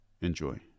Enjoy